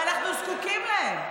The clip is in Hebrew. ואנחנו זקוקים להם,